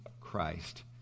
Christ